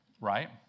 Right